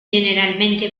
generalmente